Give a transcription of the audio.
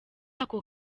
ako